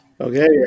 Okay